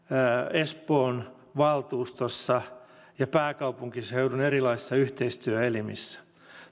espoon valtuustossa ja pääkaupunkiseudun erilaissa yhteistyöelimissä